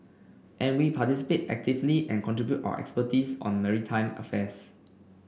and we participate actively and contribute our expertise on maritime affairs